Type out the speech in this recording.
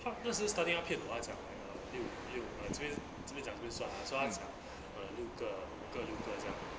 partners 是 studying 那边 to us uh 我讲 ah 六六 uh 这边这边讲就算 ah so 他抢 uh 六个五个六个这样